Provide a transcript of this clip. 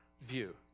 view